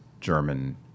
German